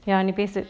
ya நீ பேசு:nee pesu